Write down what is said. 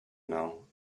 now